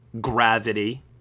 Gravity